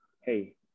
hey